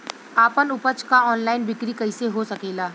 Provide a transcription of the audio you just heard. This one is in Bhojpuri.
आपन उपज क ऑनलाइन बिक्री कइसे हो सकेला?